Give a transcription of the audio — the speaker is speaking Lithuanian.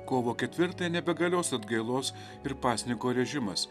kovo ketvirtąją nebegalios atgailos ir pasninko režimas